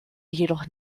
jedoch